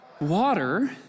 Water